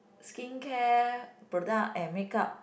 skincare product and make up